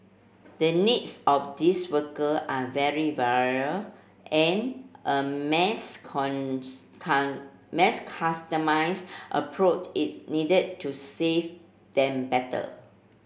the needs of these worker are very varied and a mass can mass customise approach is needed to serve them better